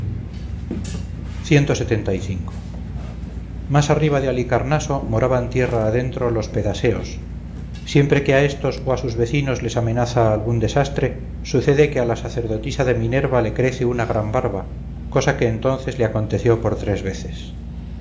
más arriba de halicarnaso moraban tierra adentro los pedaseos siempre que a estos o a sus vecinos les amenaza algún desastre sucede que a la sacerdotisa de minerva le crece una gran barba cosa que entonces le aconteció por tres veces